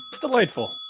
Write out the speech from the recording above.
Delightful